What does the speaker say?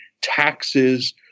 taxes